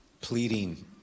pleading